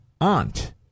aunt